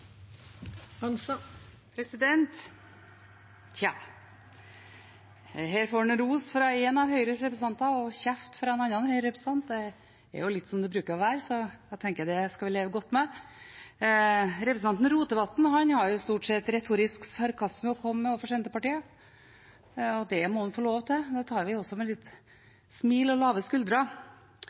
Her får en ros fra en av Høyres representanter og kjeft fra en annen Høyre-representant; det er litt som det bruker å være, så jeg tenker at vi skal leve godt med det. Representanten Rotevatn har stort sett retorisk sarkasme å komme med overfor Senterpartiet, og det må han få lov til. Det tar vi også med litt smil og lave skuldre.